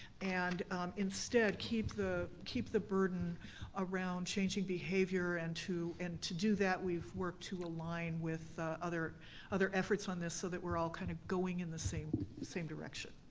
and instead, keep the keep the burden around changing behavior, and to and to do that, we've worked to align with other other efforts on this so that we're all kind of going in the same same direction.